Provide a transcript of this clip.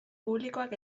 publikoak